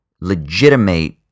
legitimate